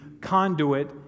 conduit